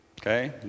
okay